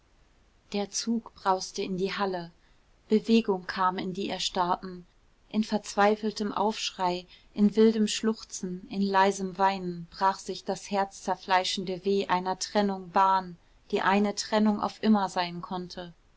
der zug brauste in die halle bewegung kam in die erstarrten in verzweifeltem aufschrei in wildem schluchzen in leisem weinen brach sich das herzzerfleischende weh einer trennung bahn die eine trennung auf immer sein konnte